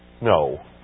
No